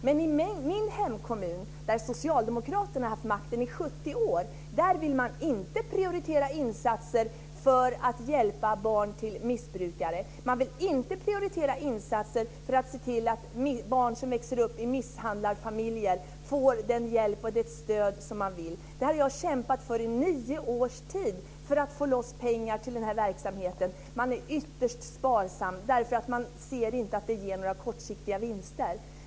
Men i min hemkommun där socialdemokraterna har haft makten i 70 år vill man inte prioritera insatser för att hjälpa barn till missbrukare. Man vill inte prioritera insatser för att se till att barn som växer upp i misshandlande familjer får den hjälp och det stöd de vill ha. Jag har kämpat i nio års tid för att få loss pengar till den verksamheten. Man är ytterst sparsam därför att man ser att det inte ger några kortsiktiga vinster.